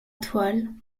toile